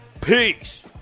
Peace